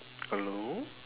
hello